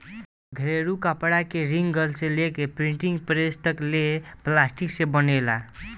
घरेलू कपड़ा के रिंगर से लेके प्रिंटिंग प्रेस तक ले प्लास्टिक से बनेला